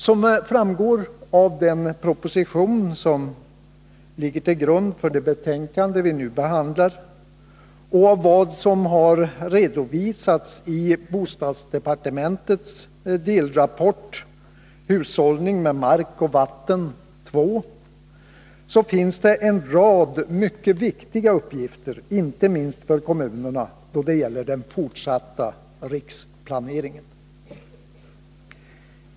Som framgår av den proposition som ligger till grund för det betänkande vi nu behandlar och av vad som redovisats i bostadsdepartementets delrapport Hushållning med mark och vatten 2, finns det en rad mycket viktiga uppgifter, inte minst för kommunerna, då det gäller den fortsatta riksplaneringen.